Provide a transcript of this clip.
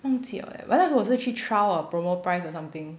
忘记了 leh but 那时我是去 trial a promo price or something